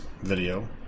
video